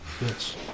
Yes